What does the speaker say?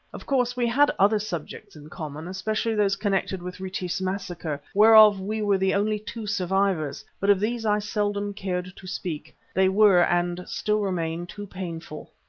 of course, we had other subjects in common, especially those connected with retief's massacre, whereof we were the only two survivors, but of these i seldom cared to speak. they were and still remain too painful.